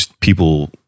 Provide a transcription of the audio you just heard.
people